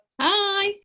Hi